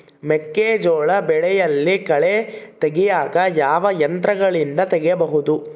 ಮೆಕ್ಕೆಜೋಳ ಬೆಳೆಯಲ್ಲಿ ಕಳೆ ತೆಗಿಯಾಕ ಯಾವ ಯಂತ್ರಗಳಿಂದ ತೆಗಿಬಹುದು?